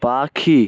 পাখি